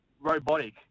robotic